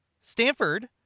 stanford